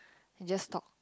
and just talk